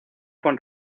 con